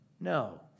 No